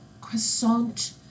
croissant